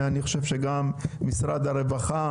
אני חושב שגם משרד הרווחה,